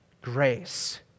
grace